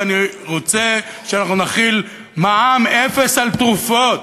ואני רוצה שאנחנו נחיל מע"מ אפס על תרופות,